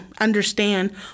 understand